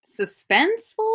suspenseful